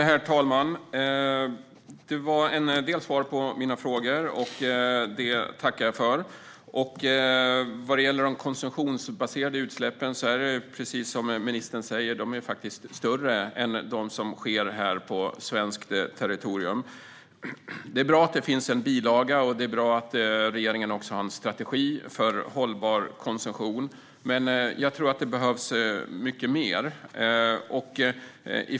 Herr talman! Jag fick en del svar på mina frågor, och det tackar jag för. Vad gäller de konsumtionsbaserade utsläppen är de, precis som ministern säger, faktiskt större än de som sker på svenskt territorium. Det är bra att det finns en bilaga, och det är bra att regeringen också har en strategi för hållbar konsumtion. Men jag tror att det behövs mycket mer.